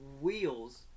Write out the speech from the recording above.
wheels